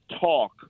talk